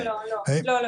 לא.